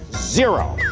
zero!